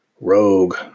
Rogue